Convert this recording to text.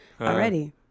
already